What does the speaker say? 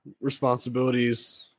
responsibilities